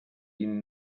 ihn